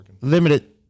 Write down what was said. limited